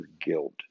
guilt